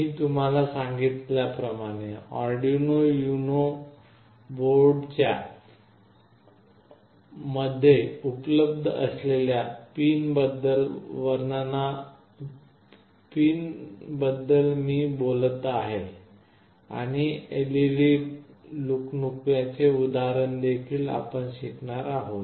मी तुम्हाला सांगितल्या प्रमाणे आर्डिनो युनो बोर्डाच्या मध्ये उपलब्ध असलेल्या पिन वर्णना बद्दल मी बोलत आहे आणि LED लुकलुकण्याचे उदाहरण देखील आपण शिकणार आहोत